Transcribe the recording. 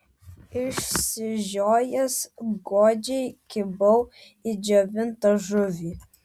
išsižiojęs godžiai kibau į džiovintą žuvį